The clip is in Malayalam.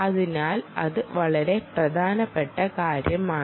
അതിനാൽ അത് വളരെ പ്രധാനപ്പെട്ട കാര്യമാണ്